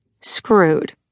screwed